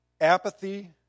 apathy